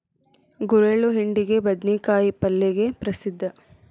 ಗುರೆಳ್ಳು ಹಿಂಡಿಗೆ, ಬದ್ನಿಕಾಯ ಪಲ್ಲೆಗೆ ಪ್ರಸಿದ್ಧ